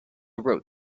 wrote